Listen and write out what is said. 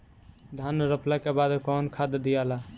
धान रोपला के बाद कौन खाद दियाला?